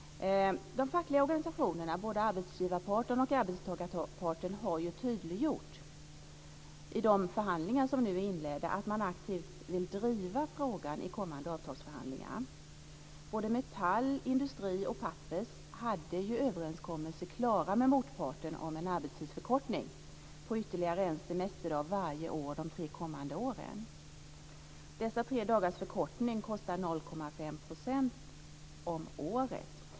De fackliga organisationerna - både arbetsgivarparten och arbetstagarparten - har tydliggjort i de förhandlingar som nu har inletts att de aktivt vill driva frågan i kommande avtalsförhandlingar. Både Metall, Industri och Pappers hade överenskommelser klara med motparten om en arbetstidsförkortning med ytterligare en semesterdag varje år de tre kommande åren. Dessa tre dagars förkortning kostar 0,5 % om året.